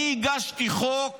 אני הגשתי חוק